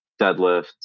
deadlifts